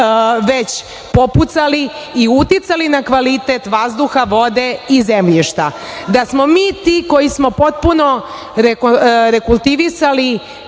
već popucali i uticali na kvalitet vazduha, vode i zemljišta, da smo mi ti koji smo potpuno rekultivisali